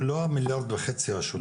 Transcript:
לא המיליארד וחצי השוטף,